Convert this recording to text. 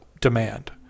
demand